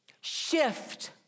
Shift